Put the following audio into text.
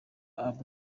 abu